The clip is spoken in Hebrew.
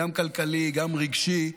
גם כלכלי וגם רגשי.